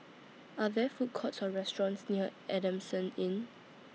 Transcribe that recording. Are There Food Courts Or restaurants near Adamson Inn